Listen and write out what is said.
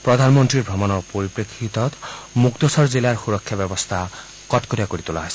প্ৰধানমন্ত্ৰীৰ ভ্ৰমণৰ পৰিপ্ৰেক্ষিতত মুক্তচৰ জিলাৰ সুৰক্ষা ব্যৱস্থা কটকটীয়া কৰি তোলা হৈছে